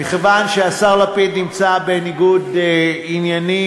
מכיוון שהשר לפיד נמצא בניגוד עניינים,